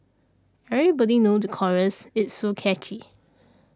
everybody knew the chorus it's so catchy